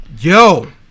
Yo